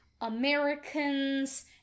Americans